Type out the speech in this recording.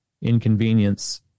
inconvenience